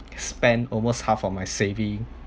spend almost half of my saving